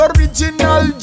Original